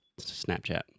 Snapchat